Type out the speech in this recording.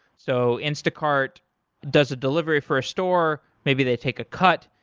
so instacart does a delivery for store. maybe they take a cut.